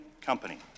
company